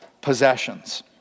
possessions